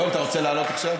יואל, אתה רוצה לעלות עכשיו?